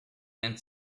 and